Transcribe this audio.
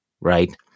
right